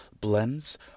blends